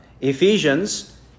Ephesians